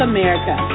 America